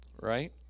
right